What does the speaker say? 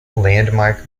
landmark